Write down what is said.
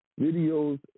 Videos